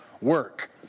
work